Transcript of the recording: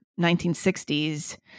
1960s